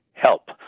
help